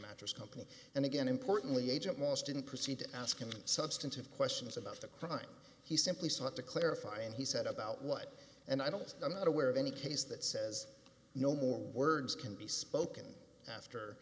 mattress company and again importantly agent moss didn't proceed to ask him substantive questions about the crime he simply sought to clarify and he said about what and i don't i'm not aware of any case that says no more words can be spoken after